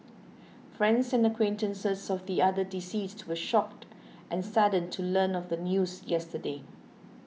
friends and acquaintances of the other deceased were shocked and saddened to learn of the news yesterday